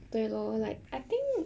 对 lor like I think